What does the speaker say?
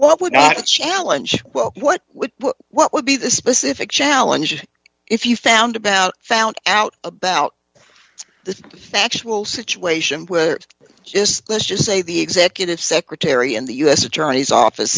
well i would not challenge well what would what would be the specific challenge if you found about found out about the factual situation where just let's just say the executive secretary in the u s attorney's office